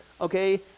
okay